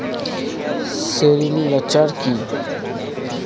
Sericulture কি?